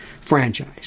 franchise